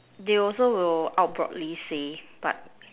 they also will out broadly say but